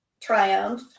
triumph